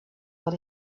what